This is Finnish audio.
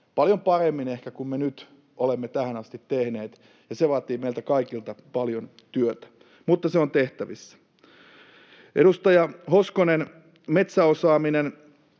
paljon paremmin kuin me nyt olemme tähän asti tehneet, ja se vaatii meiltä kaikilta paljon työtä. Mutta se on tehtävissä. Edustaja Hoskonen, metsäosaaminen: